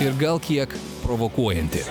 ir gal kiek provokuojanti